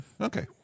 Okay